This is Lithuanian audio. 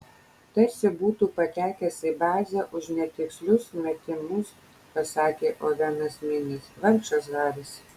tarsi būtu patekęs į bazę už netikslius metimus pasakė ovenas minis vargšas haris